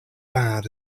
bad